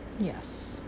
yes